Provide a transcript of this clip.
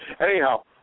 Anyhow